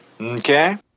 Okay